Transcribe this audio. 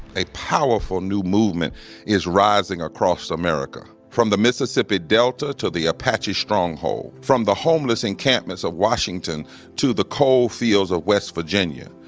a powerful new movement is rising across america, from the mississippi delta to the apache stronghold, from the homeless encampments of washington to the coal fields of west virginia.